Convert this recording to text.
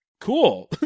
Cool